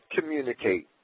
communicate